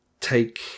take